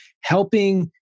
helping